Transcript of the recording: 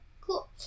Cool